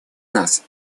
нас